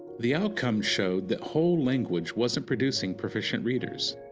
the outcomes showed that whole language wasn't producing proficient readers,